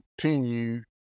continue